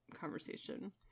conversation